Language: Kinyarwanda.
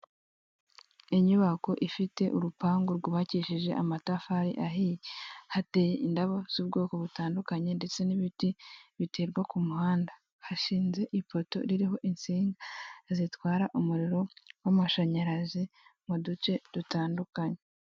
Inyubako ifite urupangu rwubakishije amatafari ahiye, hateye indabo z'ubwoko butandukanye ndetse n'ibiti biterwa ku muhanda, hashinze ipoto ririho insinga zitwara umuriro w'amashanyarazi mu duce dutandukanye.